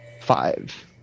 Five